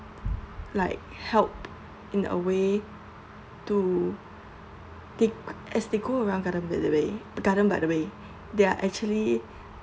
like help in a way to dee~ as they go around Gardens by the Bay Gardens by the Bay they are actually